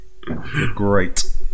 Great